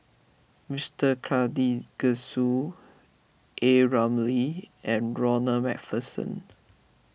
Mister Karthigesu A Ramli and Ronald MacPherson